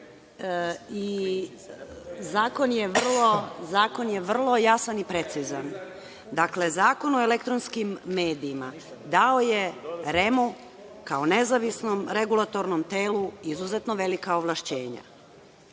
i zakon je vrlo jasan i precizan. Dakle, Zakon o elektronskim medijima dao je REM-u, kao nezavisnom regulatornom telu, izuzetno velika ovlašćenja.